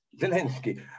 Zelensky